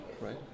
right